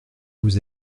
vous